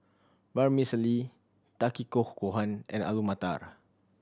Vermicelli Takikomi Gohan and Alu Matar